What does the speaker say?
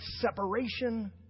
separation